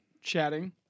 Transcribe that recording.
chatting